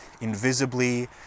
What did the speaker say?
invisibly